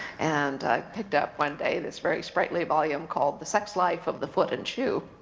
and i picked up one day this very sprightly volume called the sex life of the foot and shoe.